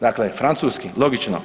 Dakle francuski logično.